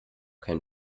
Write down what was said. kein